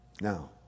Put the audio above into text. Now